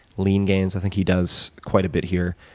leangains, i think he does quite a bit here.